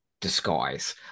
disguise